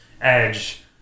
edge